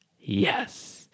yes